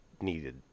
needed